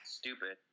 stupid